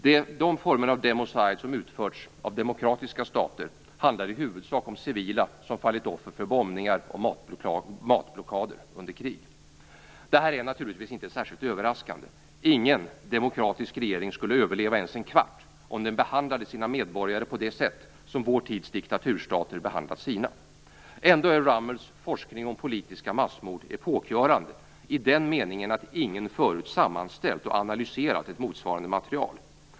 Dessa former av democide, som har utförts av demokratiska stater, handlar i huvudsak om civila som har fallit offer för bombningar och matblockader under krig. Detta är naturligtvis inte särskilt överraskande. Ingen demokratisk regering skulle överleva ens en kvart, om den behandlade sina medborgare på det sätt som vår tids diktaturstater behandlat sina. Ändå är Rummels forskning om politiska massmord epokgörande i den meningen att ingen förut har sammanställt och analyserat ett motsvarande material.